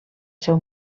seu